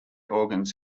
organs